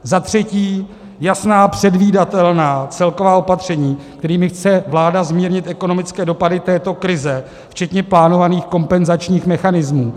Za třetí jasná, předvídatelná celková opatření, kterými chce vláda zmírnit ekonomické dopady této krize včetně plánovaných kompenzačních mechanismů.